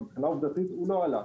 אז הוא לא עלה.